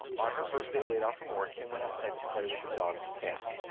on her first day laid off from work. kim went outside to play with the dogs and cats.